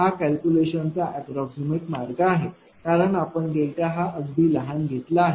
हा कॅल्क्युलेशन चा अप्राक्समैट मार्ग आहे कारण आपण डेल्टा हा अगदी लहान घेतला आहे